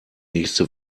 nächste